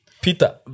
Peter